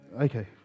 Okay